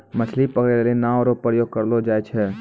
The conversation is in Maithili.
मछली पकड़ै लेली नांव रो प्रयोग करलो जाय छै